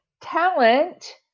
talent